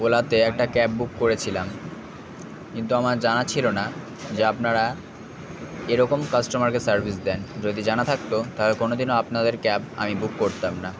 ওলাতে একটা cab book করেছিলাম কিন্তু আমার জানা ছিল না যে আপনারা এরকম কাস্টমারকে সার্ভিস দেন যদি জানা থাকত তাহলে কোনোদিনও আপনাদের ক্যাব আমি বুক করতাম না